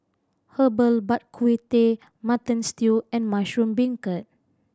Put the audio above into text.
Herbal Bak Ku Teh Mutton Stew and mushroom beancurd